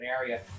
area